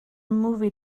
movie